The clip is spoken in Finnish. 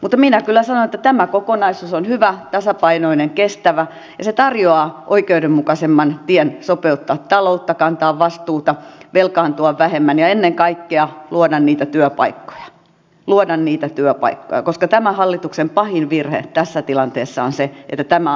mutta minä kyllä sanon että tämä kokonaisuus on hyvä tasapainoinen kestävä ja tarjoaa oikeudenmukaisemman tien sopeuttaa taloutta kantaa vastuuta velkaantua vähemmän ja ennen kaikkea luoda niitä työpaikkoja luoda niitä työpaikkoja koska tämän hallituksen pahin virhe tässä tilanteessa on se että tämä asia laiminlyödään